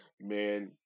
Man